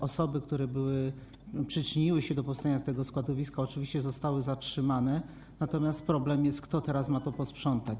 Osoby, które przyczyniły się do powstania tego składowiska, oczywiście zostały zatrzymane, natomiast problemem jest to, kto ma to teraz posprzątać.